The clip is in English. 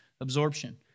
Absorption